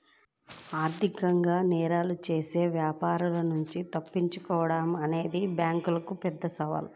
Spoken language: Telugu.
ఆర్థిక నేరాలు చేసే వ్యాపారుల నుంచి తప్పించుకోడం అనేది బ్యేంకులకు పెద్ద సవాలు